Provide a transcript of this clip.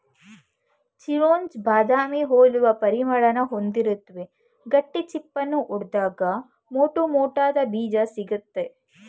ಚಿರೊಂಜಿ ಬಾದಾಮಿ ಹೋಲುವ ಪರಿಮಳನ ಹೊಂದಿರುತ್ವೆ ಗಟ್ಟಿ ಚಿಪ್ಪನ್ನು ಒಡ್ದಾಗ ಮೋಟುಮೋಟಾದ ಬೀಜ ಸಿಗ್ತದೆ